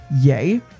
Yay